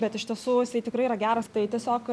bet iš tiesų jisai tikrai yra geras tai tiesiog